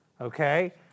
Okay